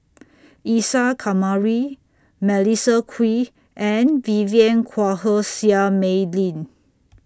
Isa Kamari Melissa Kwee and Vivien Quahe Seah Mei Lin